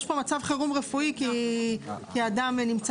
יש פה מצב חירום רפואי כי אדם נמצא.